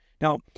Now